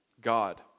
God